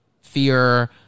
fear